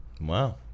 Wow